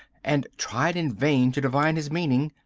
and tried in vain to divine his meaning.